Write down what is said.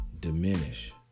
diminish